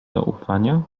zaufania